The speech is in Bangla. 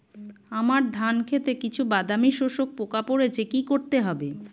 আমার ধন খেতে কিছু বাদামী শোষক পোকা পড়েছে কি করতে হবে?